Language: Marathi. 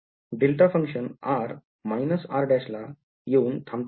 डेल्टा Function r r ला येऊन थांबतोय का